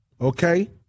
okay